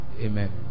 Amen